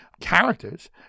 characters